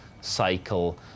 cycle